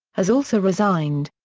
has also resigned.